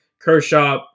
Kershaw